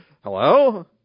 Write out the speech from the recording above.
hello